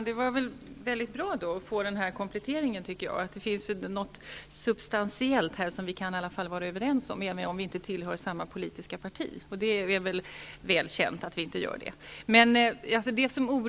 Herr talman! Det var väldigt bra att jag fick den här kompletteringen, att det finns något substantiellt som vi kan vara överens om, även om vi inte tillhör samma politiska parti -- det är väl känt att vi inte gör det.